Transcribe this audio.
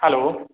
hello